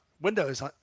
windows